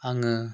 आङो